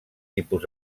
tipus